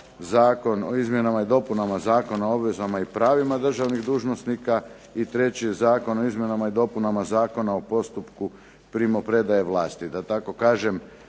Zakon o izmjenama i dopunama Zakona o pravima i obvezama državnih dužnosnika i treći je Zakon o izmjenama i dopunama Zakona o postupku primopredaje vlasti. Da tako kažem